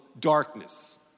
Darkness